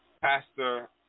Pastor